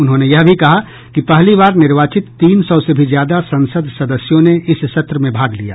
उन्होंने यह भी कहा कि पहली बार निर्वाचित तीन सौ से भी ज्यादा संसद सदस्यों ने इस सत्र में भाग लिया